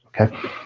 okay